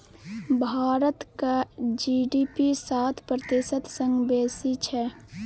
भारतक जी.डी.पी सात प्रतिशत सँ बेसी छै